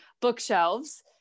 bookshelves